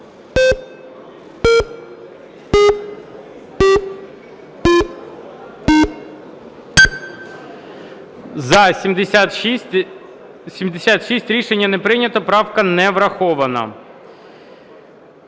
За-76 Рішення не прийнято, правка не врахована.